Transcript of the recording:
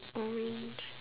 orange